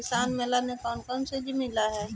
किसान मेला मे कोन कोन चिज मिलै है?